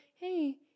Hey